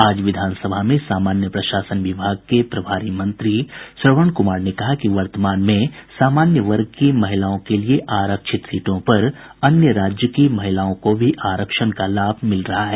आज विधानसभा में सामान्य प्रशासन विभाग के प्रभारी मंत्री श्रवण कुमार ने कहा कि वर्तमान में सामान्य वर्ग की महिलाओं के लिये आरक्षित सीटों पर अन्य राज्य की महिलाओं को भी आरक्षण का लाभ मिल रहा है